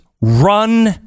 run